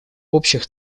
общих